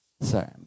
Sorry